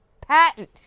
patent